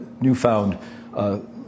newfound